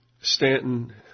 Stanton